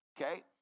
okay